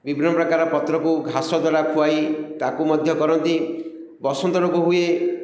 ବିଭିନ୍ନ ପ୍ରକାର ପତ୍ରକୁ ଘାସ ଦ୍ୱାରା ଖୁଆଇ ତାକୁ ମଧ୍ୟ କରନ୍ତି ବସନ୍ତ ରୋଗ ହୁଏ